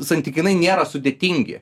santykinai nėra sudėtingi